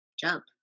jump